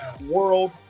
world